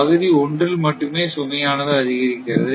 பகுதி ஒன்றில் மட்டுமே சுமையானது அதிகரிக்கிறது